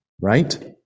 Right